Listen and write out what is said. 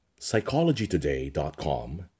PsychologyToday.com